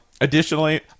additionally